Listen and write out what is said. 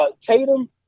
Tatum